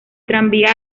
tranvía